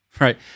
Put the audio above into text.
Right